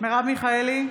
מרב מיכאלי,